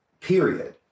period